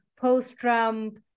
post-Trump